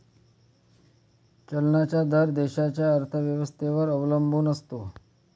चलनाचा दर देशाच्या अर्थव्यवस्थेवर अवलंबून असतो